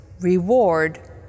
reward